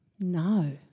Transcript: no